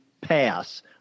pass